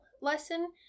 lesson